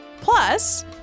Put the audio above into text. plus